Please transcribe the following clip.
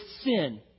sin